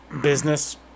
business